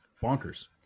bonkers